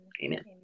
Amen